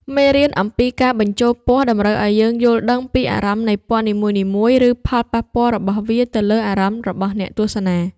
មេរៀនអំពីការបញ្ចូលពណ៌តម្រូវឱ្យយើងយល់ដឹងពីអារម្មណ៍នៃពណ៌នីមួយៗ ឬ ផលប៉ះពាល់របស់វាទៅលើអារម្មណ៍របស់អ្នកទស្សនា។